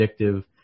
addictive